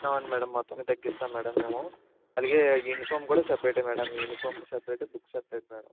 అవును మేడం మొత్తానికి తగ్గిస్తాం మేడం మేము అలాగే యూనిఫామ్ కూడా separate madam uniform separate books separate madam